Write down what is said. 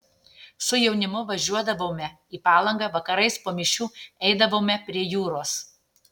su jaunimu važiuodavome į palangą vakarais po mišių eidavome prie jūros